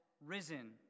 risen